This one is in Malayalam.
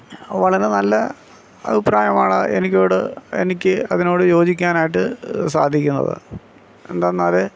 വളരെ നല്ല അഭിപ്രായമാണ് എനിക്കോട് എനിക്ക് അതിനോട് യോജിക്കാനായിട്ട് സാധിക്കുന്നത് എന്തെന്നാൽ